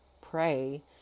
pray